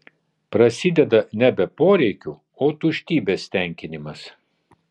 prasideda nebe poreikių o tuštybės tenkinimas